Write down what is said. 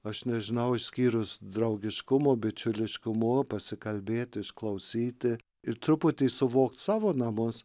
aš nežinau išskyrus draugiškumu bičiuliškumu pasikalbėti išklausyti ir truputį suvokt savo namus